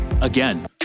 Again